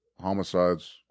homicides